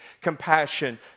compassion